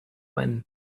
when